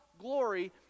glory